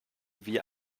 wie